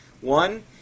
One